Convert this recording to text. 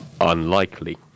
unlikely